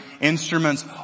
instruments